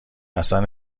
اصلن